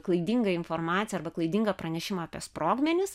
klaidingą informaciją arba klaidingą pranešimą apie sprogmenis